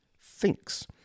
thinks